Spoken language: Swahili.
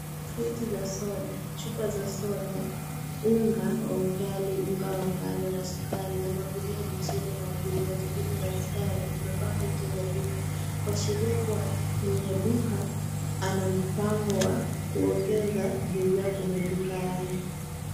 Kreti za soda, chupa za soda, unga wa Ugali, unga wa ngano na sukari na magunia ya michele na gunia zingine za sukari zimepangwa nje za duka, kuashiria kuwa mwenye duka ana mpango wa kuongeza bidhaa kwenye duka yake.